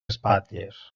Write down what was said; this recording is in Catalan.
espatlles